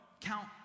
count